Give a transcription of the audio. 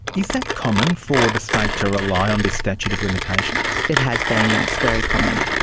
is that common, for the state to rely on this statute of limitations? it has been, yes, very common.